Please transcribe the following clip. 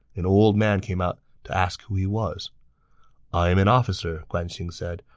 an old man came out to ask who he was i am an officer, guan xing said.